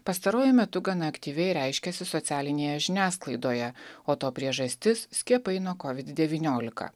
pastaruoju metu gana aktyviai reiškiasi socialinėje žiniasklaidoje o to priežastis skiepai nuo covid dveyniolika